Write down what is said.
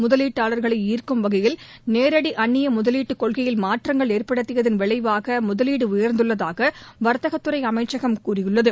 முதலீட்டாளர்களை ஈர்க்கும் வகையில் நேரடி அன்னிய முதவீட்டு கொள்கையில் மாற்றங்கள் ஏற்படுத்தியதன் விளைவாக முதலீடு உயர்ந்துள்ளதாக வர்த்தகத்துறை அமைச்சகம் கூறியுள்ளது